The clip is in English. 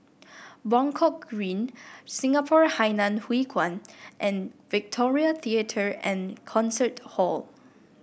Buangkok Green Singapore Hainan Hwee Kuan and Victoria Theatre and Concert Hall